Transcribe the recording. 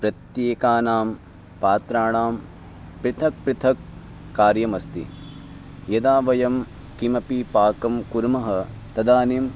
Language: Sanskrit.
प्रत्येकानां पात्राणां पृथक् पृथक् कार्यमस्ति यदा वयं किमपि पाकं कुर्मः तदानीं